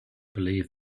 believe